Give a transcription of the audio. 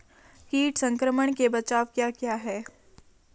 कीट संक्रमण के बचाव क्या क्या हैं?